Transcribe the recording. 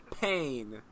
pain